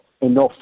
enough